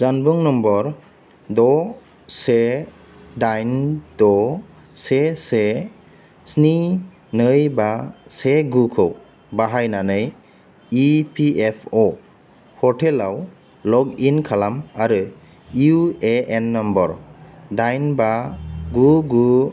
जानबुं नम्बर द' से दाइन द' से से स्नि नै बा से गुखौ बाहायनानै इ पि एफ अ' पर्टेलाव लग इन खालाम आरो इउ ए एन नम्बर दाइन बा गु गु